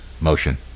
motion